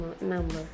number